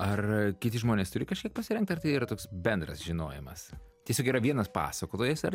ar kiti žmonės turi kažkiek pasirengt ar tai yra toks bendras žinojimas tiesiog yra vienas pasakotojas ar